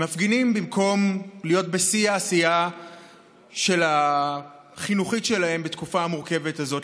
הם מפגינים במקום להיות בשיא העשייה החינוכית שלהם בתקופה המורכבת הזאת.